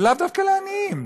לאו דווקא לעניים,